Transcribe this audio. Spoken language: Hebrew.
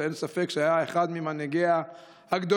שאין ספק שהיה אחד מהמנהיגים הגדולים